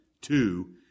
Two